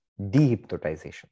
dehypnotization